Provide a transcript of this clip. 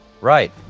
Right